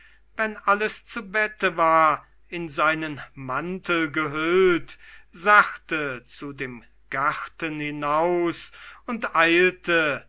wenn alles zu bette war in seinen mantel gehüllt sachte zu dem garten hinaus und eilte